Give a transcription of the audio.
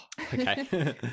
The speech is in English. okay